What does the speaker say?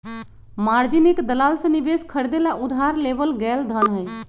margin एक दलाल से निवेश खरीदे ला उधार लेवल गैल धन हई